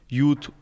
youth